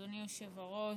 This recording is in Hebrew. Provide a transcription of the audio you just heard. אדוני היושב-ראש,